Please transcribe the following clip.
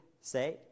say